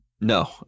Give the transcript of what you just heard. No